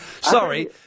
Sorry